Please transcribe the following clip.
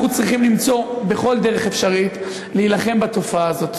אנחנו צריכים למצוא כל דרך אפשרית להילחם בתופעה הזאת.